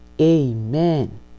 Amen